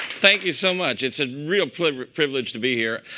thank you so much. it's a real pleasure privilege to be here.